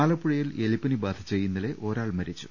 ആലപ്പുഴയിൽ എലിപ്പനി ബാധിച്ച് ഇന്നലെ ഒരാൾ മരിച്ചു